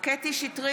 אינה נוכחת גבי לסקי,